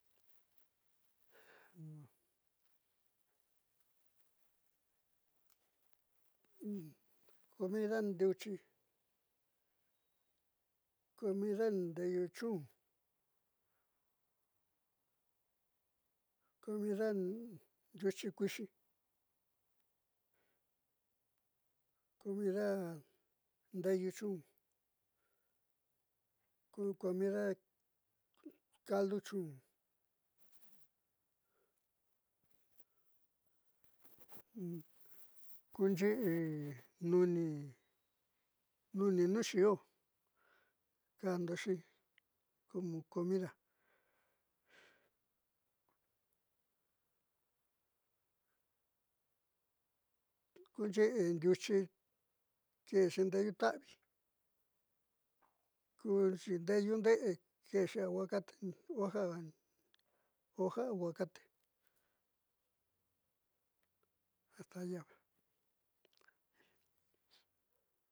Comida ndiuchi comida ndeeyu chun comida ndiuchi kuixi, comida ndeeyu chun, comida caldo chun kuunxi'i nuni nuuxi'ie kajndoxi como comida kuunxi'i ndiuchi kuuxi ndeeyuta'a kuuxi ndeeyundee keexi aguacate hoja aguacate.